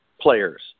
players